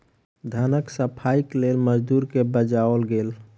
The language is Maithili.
धानक सफाईक लेल मजदूर के बजाओल गेल